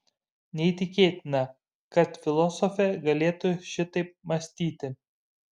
neįtikėtina kad filosofė galėtų šitaip mąstyti